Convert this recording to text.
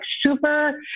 super